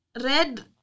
Red